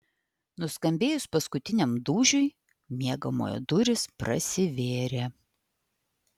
nuskambėjus paskutiniam dūžiui miegamojo durys prasivėrė